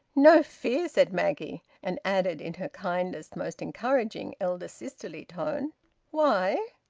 no fear! said maggie. and added in her kindest, most encouraging, elder-sisterly tone why?